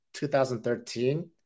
2013